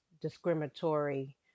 discriminatory